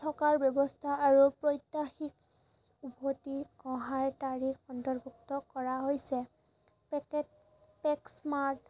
থকাৰ ব্যৱস্থা আৰু প্ৰত্যাহিক উভতি অহাৰ তাৰিখ অন্তৰ্ভুক্ত কৰা হৈছে পেকেট